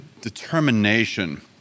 determination